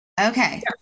Okay